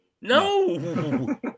No